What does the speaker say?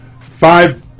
five